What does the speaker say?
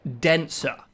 denser